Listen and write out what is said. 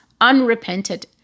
unrepented